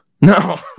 No